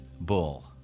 bull